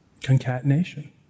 concatenation